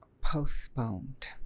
postponed